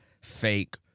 fake